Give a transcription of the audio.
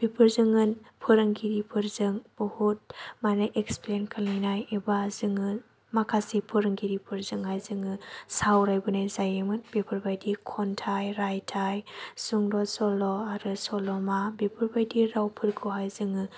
बेफोरजोंनो फोरोंगिरिफोरजों बहुद माने एक्सप्लैन खालामनाय एबा जोङो माखासे फोरोंगिरिफोरजोंहाय जोङो सावरायबोनाय जायोमोन बेफोरबायदि खन्थाय रायथाय सुंद' सल' आरो सल'मा बेफोरबायदि रावफोरखौहाय जोङो